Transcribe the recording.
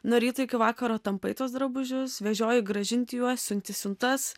nuo ryto iki vakaro tampai tuos drabužius vežioji grąžinti juos siunti siuntas